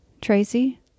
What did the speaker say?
Tracy